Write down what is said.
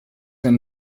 den